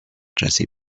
jessie